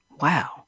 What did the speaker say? Wow